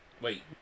Wait